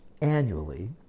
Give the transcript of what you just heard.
annually